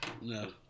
No